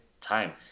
time